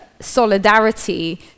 solidarity